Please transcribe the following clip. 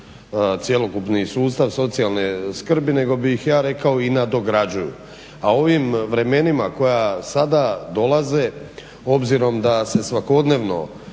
cjelokupni sustav socijalne skrbi nego bih ja rekao i nadograđuju. A u ovim vremenima koja sada dolaze obzirom da se svakodnevno